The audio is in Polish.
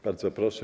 Bardzo proszę.